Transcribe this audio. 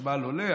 החשמל עולה,